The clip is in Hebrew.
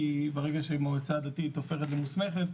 כי ברגע שמועצה דתית הופכת למוסמכת,